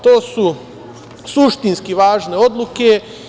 To su suštinski važne odluke.